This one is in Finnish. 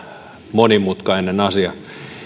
monimutkainen asia